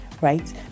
right